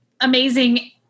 amazing